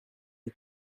you